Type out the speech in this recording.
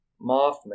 Mothman